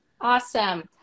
Awesome